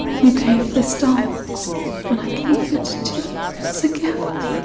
you gave this doll when i gave it to you as a gift.